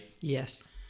Yes